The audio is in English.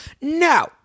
no